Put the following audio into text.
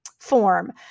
form